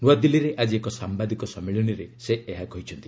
ନୂଆଦିଲ୍ଲୀରେ ଆଜି ଏକ ସାମ୍ଭାଦିକ ସମ୍ମିଳନୀରେ ସେ ଏହା କହିଛନ୍ତି